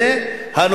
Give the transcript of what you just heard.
ימים, בסדר גמור.